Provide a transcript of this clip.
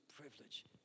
privilege